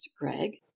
Greg